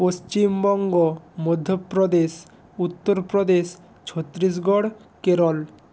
Paschimbanga Madhya Pradesh Uttar Pradesh Chhattisgarh Kerala